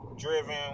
driven